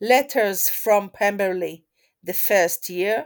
"Letters from Pemberly The First Year"